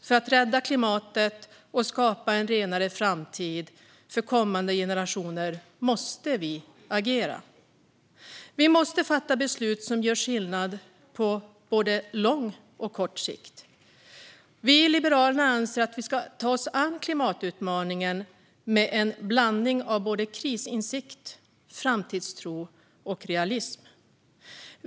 För att rädda klimatet och skapa en renare framtid för kommande generationer måste vi agera. Vi måste fatta beslut som gör skillnad på både lång och kort sikt. Vi i Liberalerna anser att vi ska ta oss an klimatutmaningen med en blandning av krisinsikt, framtidstro och realism.